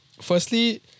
Firstly